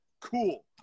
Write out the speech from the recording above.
Cool